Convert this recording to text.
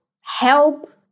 help